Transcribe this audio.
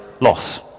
loss